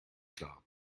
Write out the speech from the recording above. klar